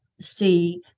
see